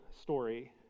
story